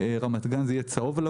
וברמת גן זה יהיה צהוב-לבן,